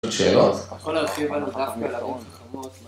עוד שאלות? אתה יכול להרחיב על...